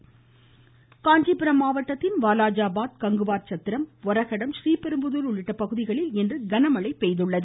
இதனிடையே காஞ்சிபுரம் மாவட்டத்தின் வாலாஜாபாத் கங்குவார் சத்திரம் ஒரகடம் ஸ்ரீபெரும்புதூர் உள்ளிட்ட பகுதிகளில் இன்று நல்ல மழை பெய்துள்ளது